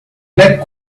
like